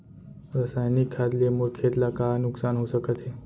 रसायनिक खाद ले मोर खेत ला का नुकसान हो सकत हे?